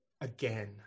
again